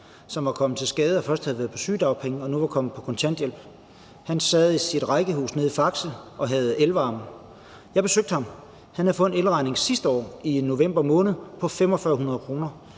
som var kommet til skade og først havde været på sygedagpenge og nu var kommet på kontanthjælp. Han sad nede i Faxe i sit rækkehus med elvarme. Han havde sidste år i november måned fået en